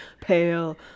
pale